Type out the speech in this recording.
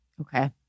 Okay